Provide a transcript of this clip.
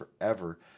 forever